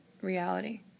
reality